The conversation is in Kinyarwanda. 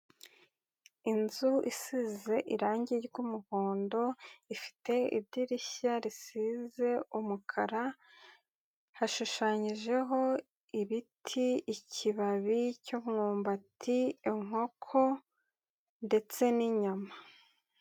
Inzu isize irangi ry'umuhondo ifite idirishya risize umukara, hashushanyijeho ibiti ikibabi cy'umwumbati, inkoko ndetse n'inyama.